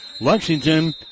Lexington